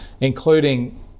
including